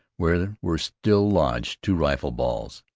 where were still lodged two rifle-balls.